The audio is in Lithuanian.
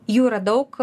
jų yra daug